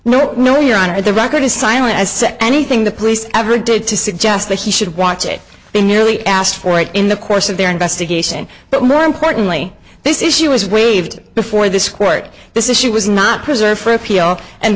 no no your honor the record is silent as anything the police ever did to suggest that he should watch it in nearly asked for it in the course of their investigation but more importantly this issue was waived before this court this issue was not preserved for appeal and